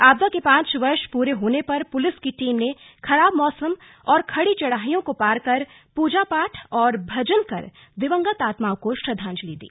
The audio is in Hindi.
आपदा के पांच वर्ष पूरे होने पर पुलिस की टीम ने ख़राब मौसम और खड़ी चढ़ाइयों को पार कर चौराबाड़ी ताल पर पूजा पाठ और भजन कर दिवंगत आत्माओं को श्रद्धांजलि दी